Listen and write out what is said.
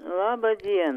laba dien